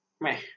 meh